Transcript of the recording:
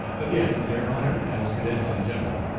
again, their honor, as cadets and gentlemen,